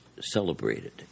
celebrated